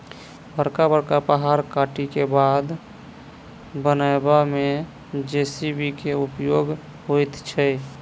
बड़का बड़का पहाड़ काटि क बाट बनयबा मे जे.सी.बी के उपयोग होइत छै